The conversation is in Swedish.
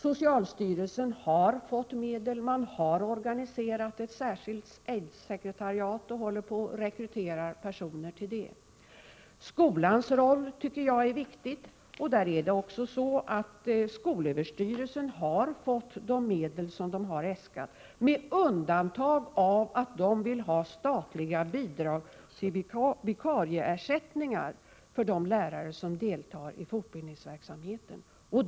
Socialstyrelsen har fått medel. Man har organiserat ett särskilt aidssekretariat och håller på att rekrytera personer till det. Skolans roll tycker jag är viktig. Skolöverstyrelsen har fått de medel som den har äskat, med undantag av att SÖ vill ha statliga bidrag till vikarieersätt ning när lärare deltar i fortbildningsverksamheten.